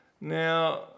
Now